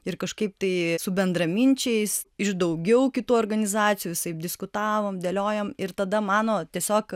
ir kažkaip tai su bendraminčiais iš daugiau kitų organizacijų visaip diskutavom dėliojom ir tada mano tiesiog